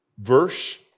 verse